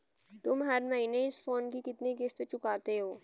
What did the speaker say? तुम हर महीने इस फोन की कितनी किश्त चुकाते हो?